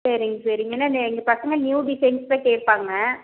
சரிங்க சரிங்க ஏன்னா எங்கள் பசங்க நியூ டிசைன்ஸ் தான் கேட்பாங்க